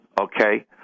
okay